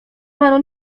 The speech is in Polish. panu